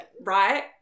Right